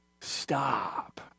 Stop